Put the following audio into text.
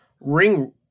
ring